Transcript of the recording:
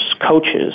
coaches